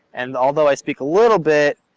and although i speak a little bit,